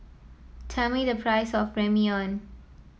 tell me the price of Ramyeon